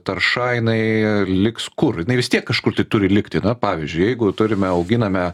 tarša jinai liks kur jinai vis tiek kažkur tai turi likti na pavyzdžiui jeigu turime auginame